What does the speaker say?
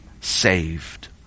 saved